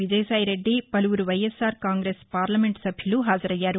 విజయసాయిరెడ్డి పలువురు YSR Congress parliament సభ్యులు హాజరయ్యారు